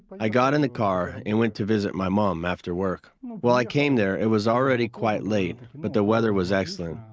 i got in the car and went to visit my mum after work. well, i came there, it was already quite late, but the weather was excellent,